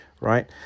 Right